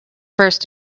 first